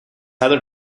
other